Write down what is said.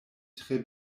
tre